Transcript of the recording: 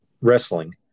wrestling